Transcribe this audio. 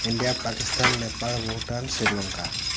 India Pakistan Nepal Bhutan Sri Lanka